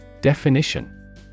Definition